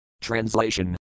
Translation